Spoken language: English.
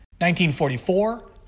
1944